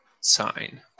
sign